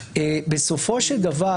בסופו של דבר,